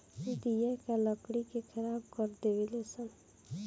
दियाका लकड़ी के खराब कर देवे ले सन